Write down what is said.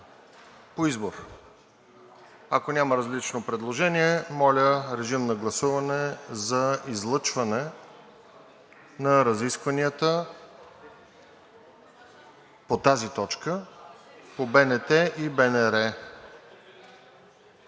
по избор. Ако няма различно предложение, моля, режим на гласуване за излъчване на разискванията по тази точка по БНТ и БНР